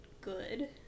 good